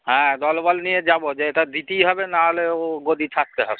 হ্যাঁ দলবল নিয়ে যাব যে এটা দিতেই হবে নাহলে ও গদি ছারতে হবে